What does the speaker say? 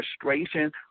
frustration